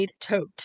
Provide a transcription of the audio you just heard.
tote